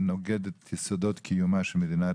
זה נוגד את יסודות קיומה של מדינת